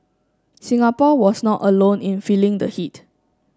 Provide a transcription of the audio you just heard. Singapore was not alone in feeling the heat